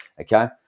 okay